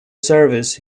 service